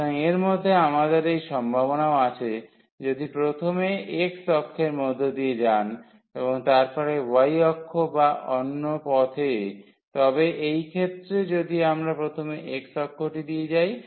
সুতরাং এর মধ্যে আমাদের এই সম্ভাবনাও আছে যদি প্রথমে x অক্ষের মধ্য দিয়ে যান এবং তারপরে y অক্ষ বা অন্য পথে তবে এই ক্ষেত্রে যদি আমরা প্রথমে x অক্ষটি দিয়ে যাই